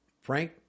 Frank